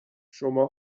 شما